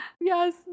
Yes